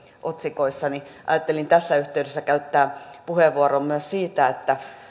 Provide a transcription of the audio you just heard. otsikoissa ajattelin tässä yhteydessä käyttää puheenvuoron myös siitä